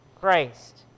Christ